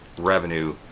revenue,